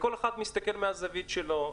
כל אחד מסתכל מהזווית שלו,